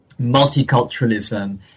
multiculturalism